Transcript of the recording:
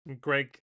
Greg